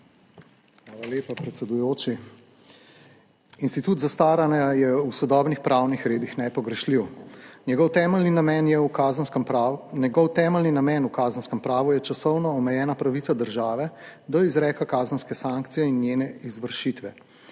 Hvala lepa, predsedujoči. Institut zastaranja je v sodobnih pravnih redih nepogrešljiv. Njegov temeljni namen v kazenskem pravu je časovno omejena pravica države do izreka kazenske sankcije in njene izvršitve.